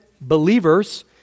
believers